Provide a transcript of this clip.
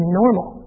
normal